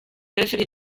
preferì